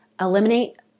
eliminate